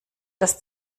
das